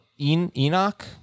Enoch